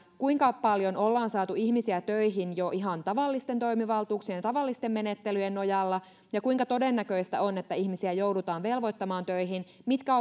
kuinka paljon ollaan saatu ihmisiä töihin jo ihan tavallisten toimivaltuuksien tavallisten menettelyjen nojalla ja kuinka todennäköistä on että ihmisiä joudutaan velvoittamaan töihin mitkä